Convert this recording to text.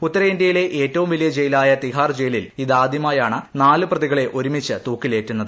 തൃത്തരേന്ത്യയിലെ ഏറ്റവും വലിയ ജയിലായ തിഹാർ ജയിലിൽ ഇതാദ്യ്മായു്ണ് നാല് പ്രതികളെ ഒരുമിച്ച് തൂക്കിലേറ്റുന്നത്